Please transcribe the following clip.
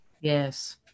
Yes